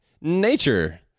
nature